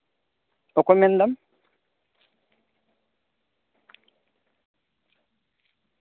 ᱚᱠᱚᱭ ᱢᱮᱱᱫᱟᱢ